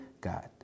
God